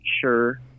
sure